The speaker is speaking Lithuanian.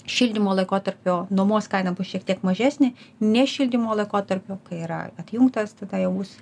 šildymo laikotarpio nuomos kaina bus šiek tiek mažesnė ne šildymo laikotarpiu kai yra atjungtas tada jau bus